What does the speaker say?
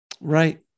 Right